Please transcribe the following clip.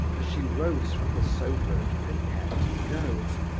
as she rose from the sofa and prepared to go.